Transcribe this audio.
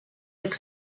its